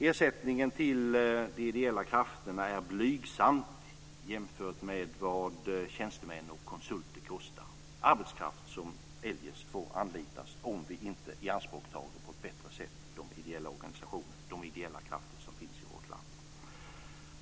Ersättningen till de ideella krafterna är blygsam jämfört med vad tjänstemän och konsulter kostar - arbetskraft som eljest får anlitas om vi inte ianspråktar de ideella krafter som finns i vårt land på ett bättre sätt.